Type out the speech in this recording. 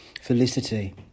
felicity